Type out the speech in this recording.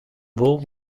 wol